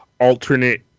alternate